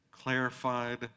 clarified